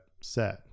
set